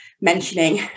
mentioning